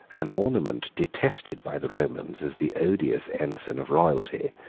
an ornament detested by the romans as the odious ensign of royalty,